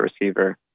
receiver